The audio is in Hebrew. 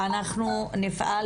אנחנו נפעל